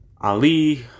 Ali